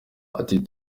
ati